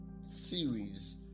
series